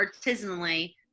artisanally